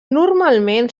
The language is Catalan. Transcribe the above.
normalment